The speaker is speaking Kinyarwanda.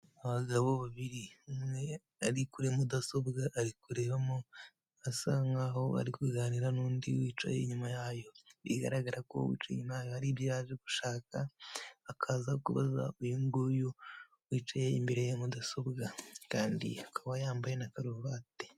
Abagabo babiri, umwe ari kuri mudasobwa ari kurebamo, asa nkaho ari kuganira n'undi wicaye inyuma yayo, bigaragara ko uwicaye inyuma yayo hari ibyo yaje gushaka, akaza kubaza uyu nguyu wicaye imbere ya mudasobwa kandi akaba yambaye na karuvati.